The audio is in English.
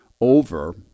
over